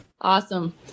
Awesome